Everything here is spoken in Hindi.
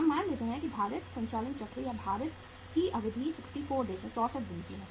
हम मान लेते हैं कि भारित संचालन चक्र या भारित की अवधि 64 दिनों की है